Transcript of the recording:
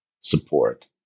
support